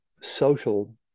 social